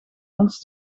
ons